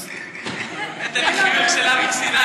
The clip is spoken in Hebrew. נותן לי חיוך של אריק סיני.